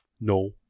No